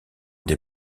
des